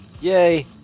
Yay